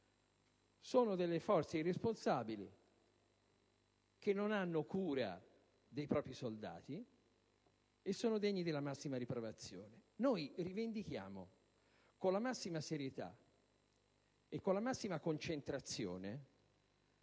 sono forze irresponsabili che non hanno cura dei nostri soldati e sono degne della massima riprovazione. Noi rivendichiamo, con la massima serietà e determinazione,